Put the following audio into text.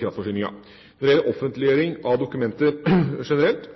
kraftforsyninga. Når det gjelder offentliggjøring av dokumenter generelt,